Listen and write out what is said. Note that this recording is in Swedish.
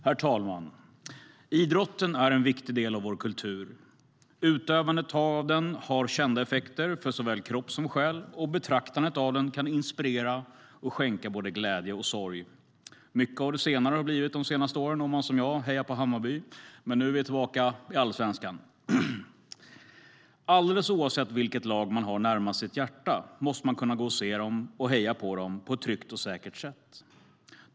Herr talman! Idrotten är en viktig del av vår kultur. Utövandet av den har kända effekter för såväl kropp som själ, och betraktandet av den kan inspirera och skänka både glädje och sorg. Mycket av det senare har det blivit de senaste åren om man, som jag, hejar på Hammarby, men nu är vi tillbaka i allsvenskan. Alldeles oavsett vilket lag man har närmast sitt hjärta måste man kunna gå och se det och heja på det på ett tryggt och säkert sätt.